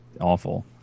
awful